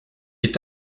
est